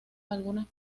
algunas